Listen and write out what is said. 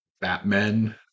Batman